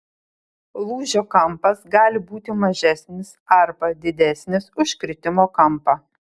lūžio kampas gali būti mažesnis arba didesnis už kritimo kampą